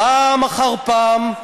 פעם אחר פעם,